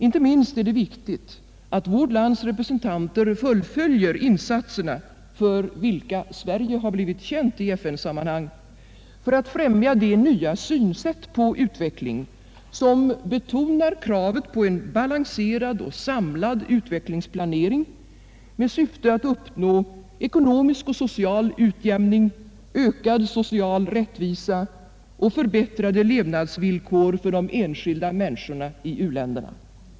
Inte minst är det viktigt att vårt lands representanter fullföljer insatserna — för vilka Sverige blivit känt i FN-sammanhang — för att främja det nya synsätt på utveckling som betonar kravet på en balanserad och samlad utvecklingsplanering med syfte att uppnå ekonomisk och social utjämning, ökad social rättvisa och förbättrade levnadsvillkor för de enskilda människorna i u-länderna.